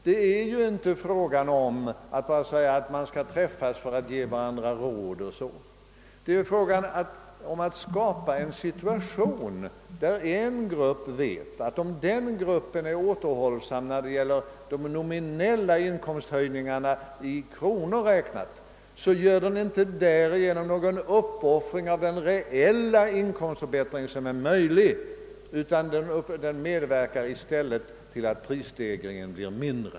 Det är inte fråga om att träffas för att ge varandra råd; det är fråga om att skapa en situation där en grupp vet, att om man är återhållsam med de nominella inkomsthöjningarna i kronor räknat, så gör den gruppen inte därigenom någon uppoffring av den reella inkomstförbättring som är möjlig, utan gruppen medverkar i stället till att prisstegringen blir mindre.